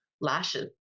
lashes